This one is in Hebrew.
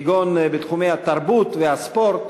כגון בתחומי התרבות והספורט.